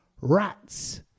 Rats